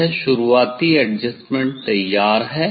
यह शुरूआती एडजस्टमेंट तैयार है